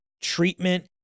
treatment